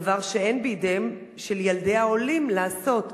דבר שאין בידיהם של ילדי העולים לעשות.